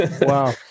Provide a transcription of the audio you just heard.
Wow